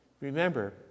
Remember